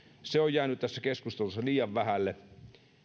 se on jäänyt tässä keskustelussa liian vähälle